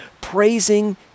praising